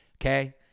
Okay